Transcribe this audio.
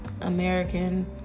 American